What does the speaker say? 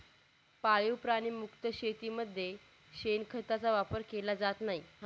पाळीव प्राणी मुक्त शेतीमध्ये शेणखताचा वापर केला जात नाही